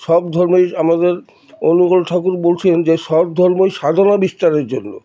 সব ধর্মই আমাদের অনুকূল ঠাকুর বলছেন যে সব ধর্মই সাধনা বিস্তারের জন্য